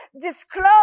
disclose